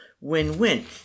win-win